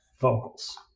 vocals